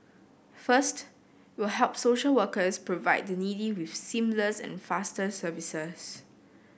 first it will help social workers provide the needy with seamless and faster services